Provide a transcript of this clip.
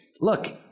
look